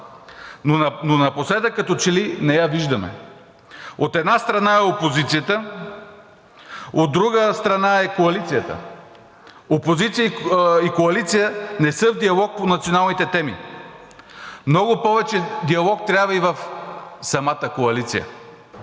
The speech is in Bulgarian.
но напоследък като че ли не я виждаме. От една страна е опозицията, от друга страна е коалицията. Опозиция и коалиция не са в диалог по националните теми. Много повече диалог трябва и в самата коалиция.